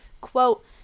quote